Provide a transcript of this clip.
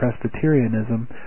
Presbyterianism